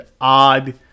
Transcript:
odd